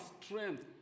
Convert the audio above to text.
strength